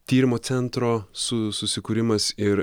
tyrimo centro su susikūrimas ir